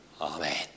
Amen